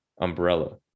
umbrella